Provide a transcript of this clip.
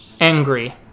Angry